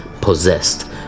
possessed